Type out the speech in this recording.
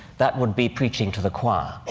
that would be preaching to the choir.